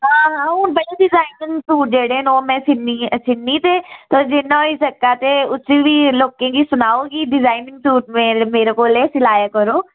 हां हां हून बड़े डिजाइन दे सूट जेह्ड़े ओह् में सीन्नी ते जिन्ना होई सकै ते उस्सी बी लोकें गी सनाओ कि डिजाइनिंग सूट मेरे कोल गै सेआया करो